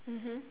mmhmm